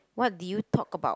what did you talk about